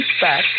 back